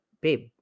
babe